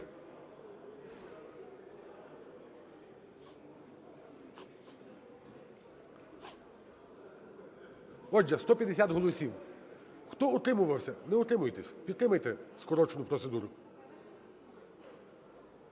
Отже, 150 голосів. Хто утримувався, не утримуйтесь. Підтримайте скорочену процедуру.